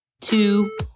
two